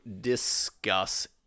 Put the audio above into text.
discuss